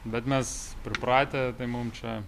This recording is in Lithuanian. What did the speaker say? bet mes pripratę tai mum čia